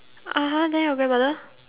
(uh huh) then your grandmother